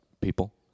People